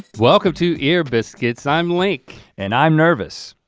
welcome to ear biscuits, i'm link. and i'm nervous.